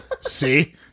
See